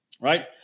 right